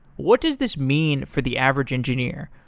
what does this mean for the average engineer?